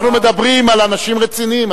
אנחנו מדברים על אנשים רציניים,